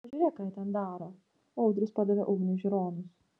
pažiūrėk ką jie ten daro audrius padavė ugniui žiūronus